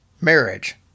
marriage